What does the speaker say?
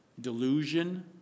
delusion